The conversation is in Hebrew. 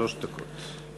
שלוש דקות.